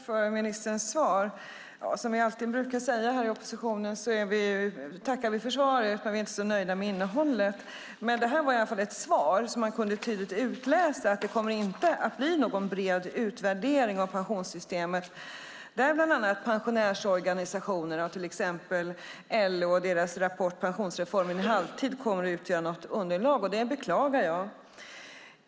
Fru talman! Som vi brukar säga i oppositionen: Jag tackar för svaret, men jag är inte så nöjd med innehållet. Detta var i alla fall ett svar i vilket man kunde tydligt utläsa att det inte kommer att bli någon bred utvärdering av pensionssystemet där bland annat pensionärsorganisationer och till exempel LO och deras rapport Pensionsreformen i halvtid kommer att utgöra något underlag. Det beklagar jag.